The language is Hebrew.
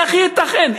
איך ייתכן?